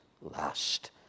last